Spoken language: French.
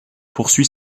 poursuit